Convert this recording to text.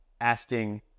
asking